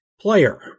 player